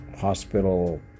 hospital